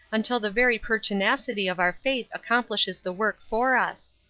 until the very pertinacity of our faith accomplishes the work for us.